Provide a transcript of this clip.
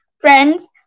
friends